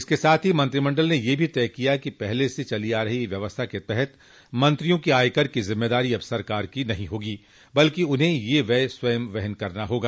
इसके साथ ही मंत्रिमंडल ने यह भी तय किया कि पहले से चली आ रही व्यवस्था के तहत मंत्रियों के आयकर की जिम्मेदारी अब सरकार की नहीं होगी बल्कि उन्हें यह व्यय स्वयं वहन करना पड़ेगा